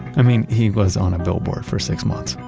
i mean, he was on a billboard for six months.